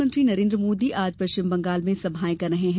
प्रधानमंत्री नरेन्द्र मोदी आज पश्चिम बंगाल में सभाएं कर रहे हैं